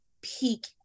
peak